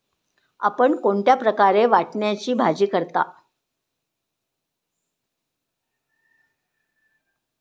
आपण कोणत्या प्रकारे वाटाण्याची भाजी करता?